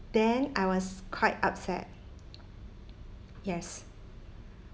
then I was quite upset yes